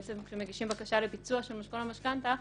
כשמגישים בקשה לביצוע של משכון או משכנתה,